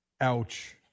Ouch